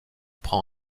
prend